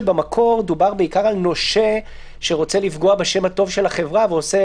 במקור דובר בעיקר על נושה שרוצה לפגוע בשם הטוב של החברה ועושה